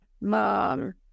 mom